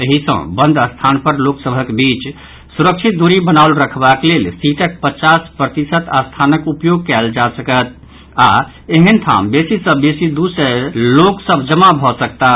एहि सँ बंद स्थान पर लोक सभक बीच सुरक्षित दूरी बनाओल रखबाक लेल सीटक पचास प्रतिशत स्थानक उपयोग कयल जा सकत आओर एहेन ठाम बेसी सँ बेसी दू सय लोक सभ जमा भऽ सकताह